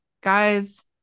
guys